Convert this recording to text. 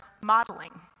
modeling